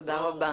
תודה רבה.